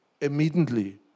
Immediately